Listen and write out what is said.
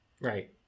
right